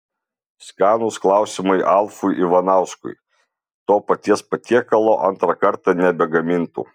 skanūs klausimai alfui ivanauskui to paties patiekalo antrą kartą nebegamintų